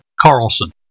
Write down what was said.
Carlson